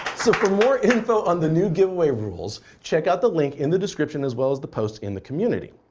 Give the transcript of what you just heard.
so for more info on the new giveaway rules, check out the link in the description, as well as the post in the community.